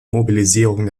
mobilisierung